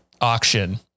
auction